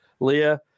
Leah